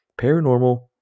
paranormal